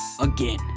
again